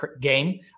game